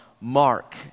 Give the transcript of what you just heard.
Mark